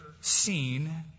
seen